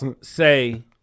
say